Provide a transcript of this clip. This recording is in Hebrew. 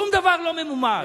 שום דבר לא ממומש,